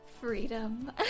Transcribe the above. freedom